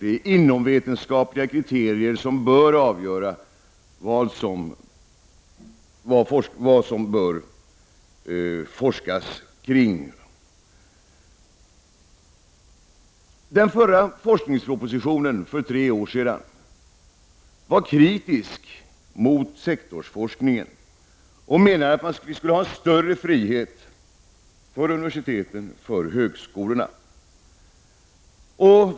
Det är vetenskapliga kriterier som bör avgöra vad man bör forska kring. Den förra forskningspropositionen som lades fram för tre år sedan var kritisk mot sektorsforskningen och menade att vi skulle ha större frihet för universiteten och högskolorna.